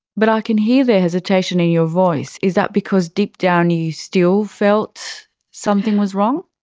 but i can hear the hesitation in your voice. is that because deep down you still felt something was wrong?